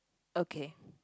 okay